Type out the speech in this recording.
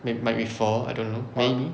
may might be four I don't know maybe